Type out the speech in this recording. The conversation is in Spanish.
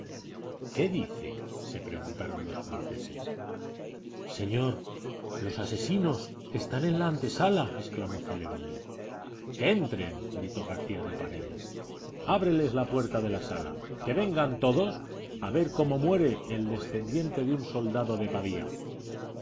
qué dice se preguntaron los franceses señor los asesinos están en la antesala exclamó celedonio que entren gritó garcía de paredes ábreles la puerta de la sala que vengan todos a ver cómo muere el descendiente de un soldado de